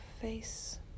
face